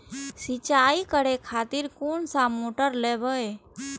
सीचाई करें खातिर कोन सा मोटर लेबे?